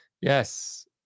Yes